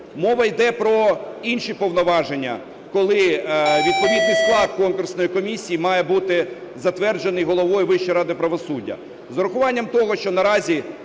Мова йде про інші повноваження, коли відповідний склад конкурсної комісії має бути затверджений головою Вищої ради правосуддя.